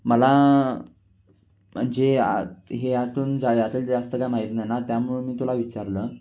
मला जे हे यातून जा यात जास्त काय माहीत नाही ना त्यामुळे मी तुला विचारलं